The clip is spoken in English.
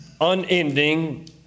unending